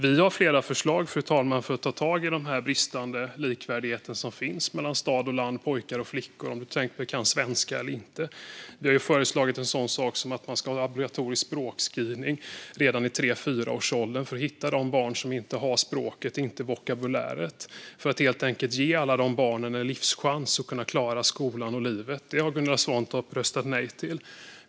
Vi har, fru talman, flera förslag för att ta tag i den bristande likvärdigheten mellan exempelvis stad och land, mellan pojkar och flickor och mellan dem som kan svenska och dem som inte kan. Vi har till exempel föreslagit att man ska ha obligatorisk språkscreening redan i tre eller fyraårsåldern för att hitta de barn som inte har språket och vokabulären och helt enkelt ge dem en chans att klara skolan och livet. Detta har Gunilla Svantorp röstat nej till.